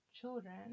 children